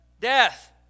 death